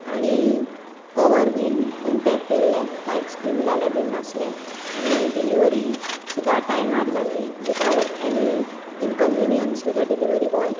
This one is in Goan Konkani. आनी कवर बिन इंटेक्ट येयल्ले कांयच पिनलेले नासलें आनी डिलीवरी सुदा टायमार जाल्ली without any inconvenience to the delivery boy